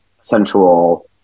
sensual